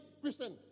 Christian